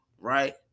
right